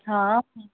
हा